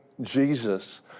Jesus